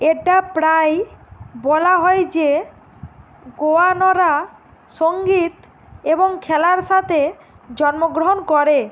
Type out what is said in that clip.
এটা প্রায়ই বলা হয় যে গোয়ানরা সঙ্গীত এবং খেলার সাথে জন্মগ্রহণ করে